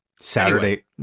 Saturday